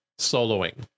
soloing